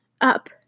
up